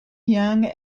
yang